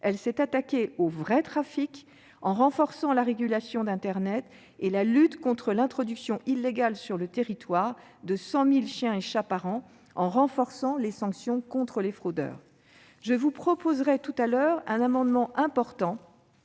Elle s'est attaquée aux vrais trafics en renforçant la régulation d'internet et la lutte contre l'introduction illégale sur le territoire de 100 000 chiens et chats par an en renforçant les sanctions contre les fraudeurs. Je vous proposerai tout à l'heure un amendement important